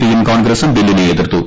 പിയും കോൺഗ്രസും ബില്ലിനെ എതിർത്തു